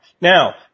now